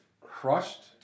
crushed